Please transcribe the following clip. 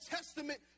Testament